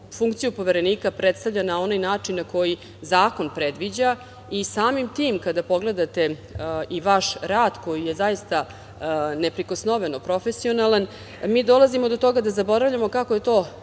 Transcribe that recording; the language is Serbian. funkciju Poverenika predstavlja na onaj način na koji zakon predviđa i samim tim kada pogledate i vaš rad koji je zaista neprikosnoveno profesionalan, mi dolazimo do toga da zaboravljamo kako je to